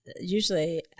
usually